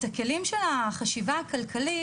את הכלים של החשיבה הכלכלית,